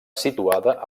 situada